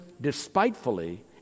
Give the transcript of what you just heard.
despitefully